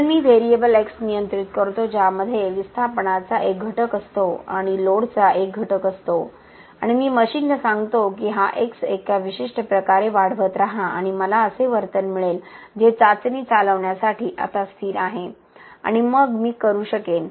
म्हणून मी variable X नियंत्रित करतो ज्यामध्ये विस्थापनाचा एक घटक असतो आणि लोडचा एक घटक असतो आणि मी मशीनला सांगतो की हा X एका विशिष्ट प्रकारे वाढवत रहा आणि मला असे वर्तन मिळेल जे चाचणी चालवण्यासाठी आता स्थिर आहे आणि मग मी करू शकेन